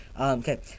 okay